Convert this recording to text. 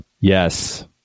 Yes